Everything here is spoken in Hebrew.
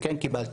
וכן קיבלתי,